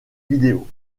vidéos